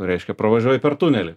reiškia pravažiuoji per tunelį